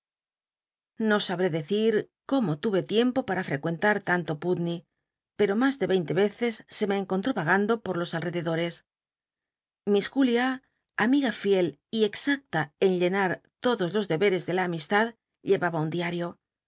no sab é dcci cómo tuve tiempo patn frecuentar tanto putney pero mas de veinte eccs se me encontró yagando por los ahededores liss j ulía amiga fiel y exacta en llena r todos los deberes de la amistad llevaba un dial'io